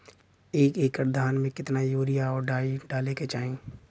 एक एकड़ धान में कितना यूरिया और डाई डाले के चाही?